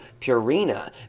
Purina